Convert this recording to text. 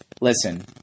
listen